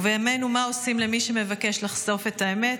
ובימינו מה עושים למי שמבקש לחשוף את האמת?